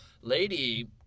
lady